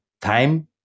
time